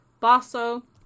Basso